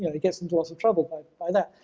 you know he gets into lots of trouble by by that.